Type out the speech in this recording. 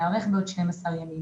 ניערך בעוד 12 ימים,